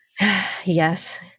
Yes